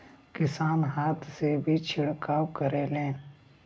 किसान हाथ से भी छिड़काव करेलन